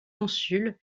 consul